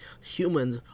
Humans